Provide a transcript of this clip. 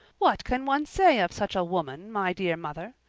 what can one say of such a woman, my dear mother?